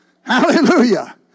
Hallelujah